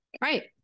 Right